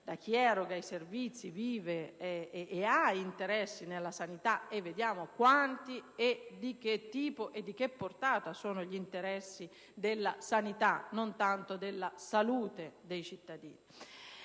da chi eroga i servizi, vive e ha interessi nella sanità, perché vediamo bene quanti, di che tipo e di che portata siano gli interessi della sanità e non tanto della salute dei cittadini.